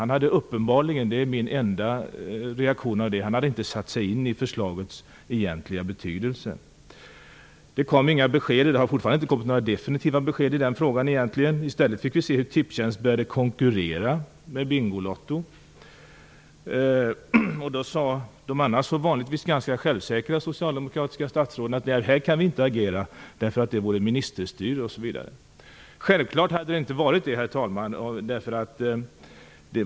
Han hade uppenbarligen - det är min enda reaktion - inte satt sig in i förslagets egentliga betydelse. Det har fortfarande inte kommit några definitiva besked i frågan. I stället fick vi se hur Tipstjänst började konkurrera med Bingolotto. Då sade de annars så självsäkra socialdemokratiska statsråden att här kan vi inte agera därför att det vore ministerstyre osv. Självklart hade det, herr talman, inte varit det.